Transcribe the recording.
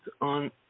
on